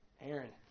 Aaron